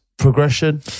progression